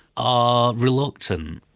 are reluctant.